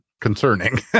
concerning